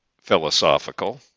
philosophical